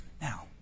Now